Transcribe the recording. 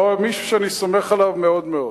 מישהו שאני סומך עליו מאוד מאוד.